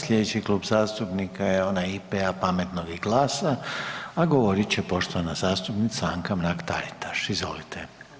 Slijedeći Klub zastupnika je onaj IP-a, Pametnog i GLAS-a a govorit će poštovana zastupnica Anka Mrak Taritaš, izvolite.